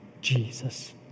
Jesus